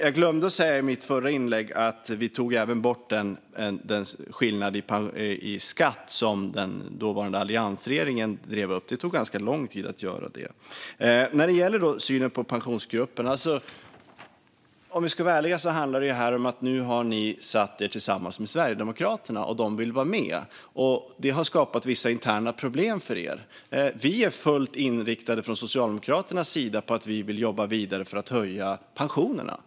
Jag glömde säga i mitt förra anförande att vi även tog bort skillnaden i skatt som den dåvarande alliansregeringen drev upp. Det tog ganska lång tid att göra det. Om vi ska vara ärliga när det gäller synen på Pensionsgruppen handlar det om att ni nu har satt er tillsammans med Sverigedemokraterna. De vill vara med, och det har skapat vissa interna problem för er. Från Socialdemokraternas sida är vi fullt inriktade på att jobba vidare för att höja pensionerna.